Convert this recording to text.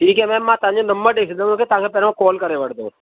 ठीकु आहे मेम मां तव्हांजो नम्बर ॾई छंॾदुमि उनखे तव्हांखे पहिरीं कॉल करे वठंदो